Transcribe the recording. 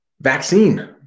vaccine